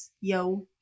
yo